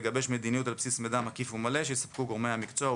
לגבש מדיניות על בסיס מידע מקיף ומלא שיספקו גורמי המקצוע,